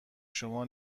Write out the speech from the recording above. شما